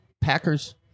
Packers